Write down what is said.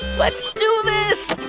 let's do this